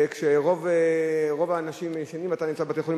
כשרוב האנשים ישנים אתה נמצא בבתי-חולים,